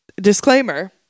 disclaimer